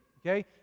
Okay